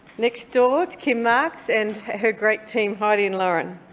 next door to kim marx and her great team, heidi and lauren.